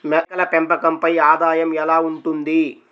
మేకల పెంపకంపై ఆదాయం ఎలా ఉంటుంది?